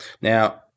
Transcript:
Now